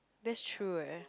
that's true eh